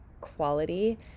quality